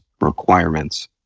requirements